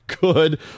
good